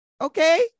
okay